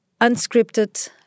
unscripted